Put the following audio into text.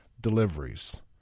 Deliveries